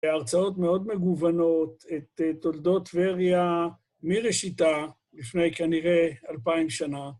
והרצאות מאוד מגוונות, את תולדות טבריה מראשיתה, לפני כנראה אלפיים שנה.